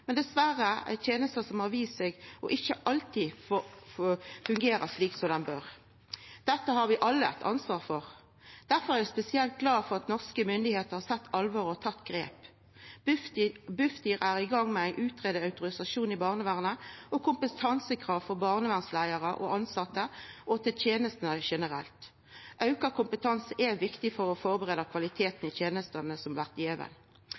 men dessverre ei teneste som har vist seg ikkje alltid å fungera slik som ho bør. Dette har vi alle eit ansvar for. Difor er eg spesielt glad for at norske myndigheiter har sett alvoret og tatt grep. Bufdir er i gang med å greia ut autorisasjon i barnevernet og kompetansekrav for barnevernsleiarar og -tilsette og for tenestene generelt. Auka kompetanse er viktig for å forbetra kvaliteten i tenestene som